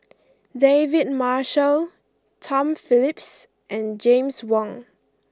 David Marshall Tom Phillips and James Wong